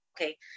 okay